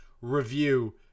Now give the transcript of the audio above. review